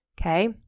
Okay